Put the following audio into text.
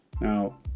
Now